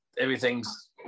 everything's